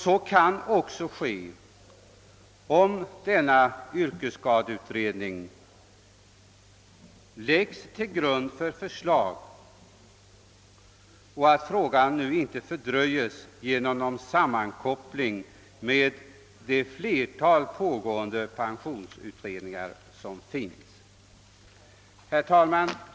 Så kan också ske om yrkesskadeutredningens betänkande läggs till grund för ett förslag, så att frågan inte fördröjs genom sammankoppling med de många pensionsutredningar som pågår. Herr talman!